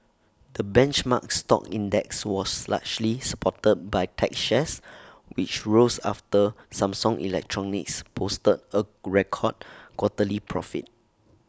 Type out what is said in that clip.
the benchmark stock index was largely supported by tech shares which rose after Samsung electronics posted A record quarterly profit